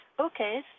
Okay